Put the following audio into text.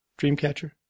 Dreamcatcher